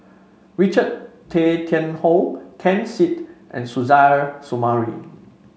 Richard Tay Tian Hoe Ken Seet and Suzairhe Sumari